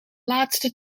laatste